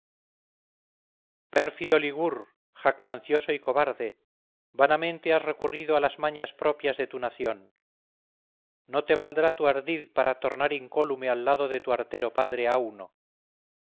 pérfido ligur jactancioso y cobarde vanamente has recurrido a las mañas propias de tu nación no te valdrá tu ardid para tornar incólume al lado de tu artero padre auno